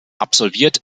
absolviert